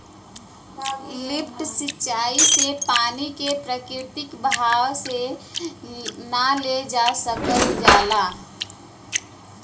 lift सिंचाई से पानी के प्राकृतिक बहाव से ना ले जा सकल जाला